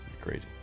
crazy